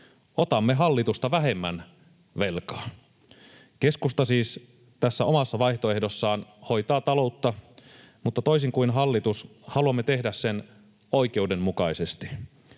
Otamme hallitusta vähemmän velkaa. Keskusta siis tässä omassa vaihtoehdossaan hoitaa taloutta, mutta toisin kuin hallitus, haluamme tehdä sen oikeudenmukaisesti.